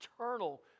eternal